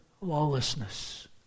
lawlessness